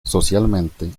socialmente